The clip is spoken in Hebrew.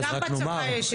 רק נאמר,